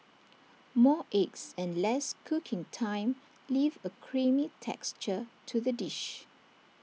more eggs and less cooking time leave A creamy texture to the dish